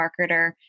marketer